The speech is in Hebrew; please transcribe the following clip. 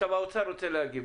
עכשיו האוצר רוצה להגיב.